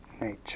nature